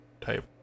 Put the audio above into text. type